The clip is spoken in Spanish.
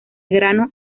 grano